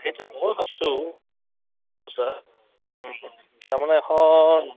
সেইটো ময়ো ভাবিছো তাৰমানে এখন